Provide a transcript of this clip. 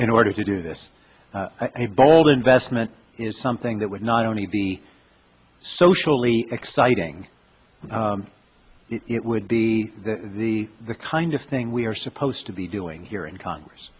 in order to do this i told investment is something that would not only the socially exciting it would be the kind of thing we're supposed to be doing here in congress